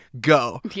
go